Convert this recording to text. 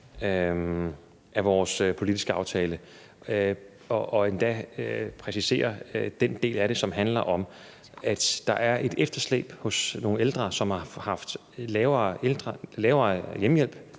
af vores politiske aftale, og jeg præciserer endda den del af det, som handler om, at der er et efterslæb hos nogle ældre, som har haft mindre hjemmehjælp